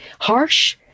harsh